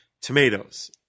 tomatoes